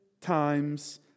times